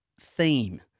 theme